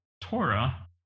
Torah